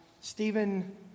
Stephen